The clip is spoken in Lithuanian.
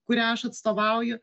kurią aš atstovauju